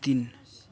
तिन